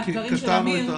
הדברים של אמיר,